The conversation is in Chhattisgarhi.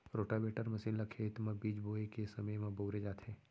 रोटावेटर मसीन ल खेत म बीज बोए के समे म बउरे जाथे